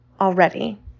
already